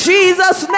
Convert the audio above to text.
Jesus